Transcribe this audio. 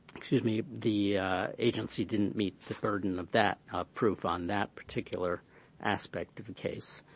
excuse me, the agency didn't meet the burden of that proof on that particular aspect of the case.